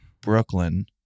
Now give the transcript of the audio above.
Brooklyn